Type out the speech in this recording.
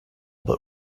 but